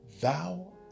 Thou